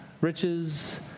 riches